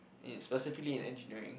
in specifically in engineering